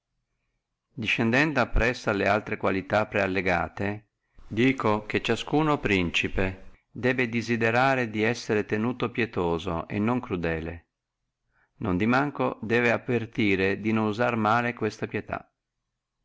scendendo appresso alle altre preallegate qualità dico che ciascuno principe debbe desiderare di essere tenuto pietoso e non crudele non di manco debbe avvertire di non usare male questa pietà